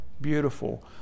beautiful